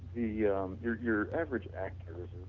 yeah um your your average actors